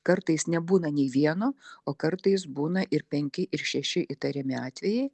kartais nebūna nei vieno o kartais būna ir penki ir šeši įtariami atvejai